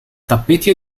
tappeti